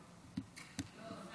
אדוני